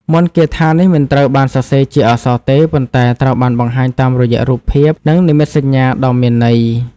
មន្តគាថានេះមិនត្រូវបានសរសេរជាអក្សរទេ ប៉ុន្តែត្រូវបានបង្ហាញតាមរយៈរូបភាព និងនិមិត្តសញ្ញាដ៏មានន័យ។